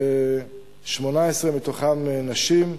18 מתוכם נשים.